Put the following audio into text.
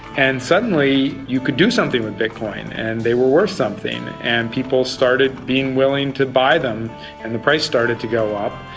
and suddenly you could do something with bitcoin and they were worth something and people started being willing to buy them and the price started to go up,